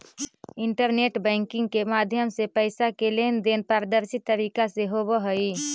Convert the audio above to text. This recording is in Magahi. इंटरनेट बैंकिंग के माध्यम से पैइसा के लेन देन पारदर्शी तरीका से होवऽ हइ